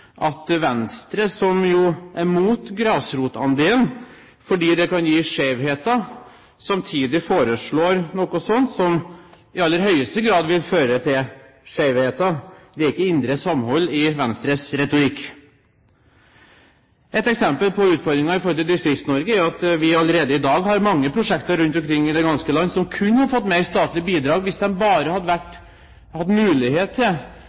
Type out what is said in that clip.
at Venstre, som er mot grasrotandelen fordi det kan gi skjevheter, samtidig foreslår noe slikt som i aller høyeste grad vil føre til skjevheter. Det er ikke indre samhold i Venstres retorikk. Et eksempel på utfordringer i Distrikts-Norge er jo at vi allerede i dag har mange prosjekter rundt omkring i det ganske land som kunne ha fått mer statlige bidrag hvis de bare hadde hatt mulighet til